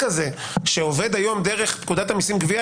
הזה שעובד היום דרך פקודת המיסים (גבייה),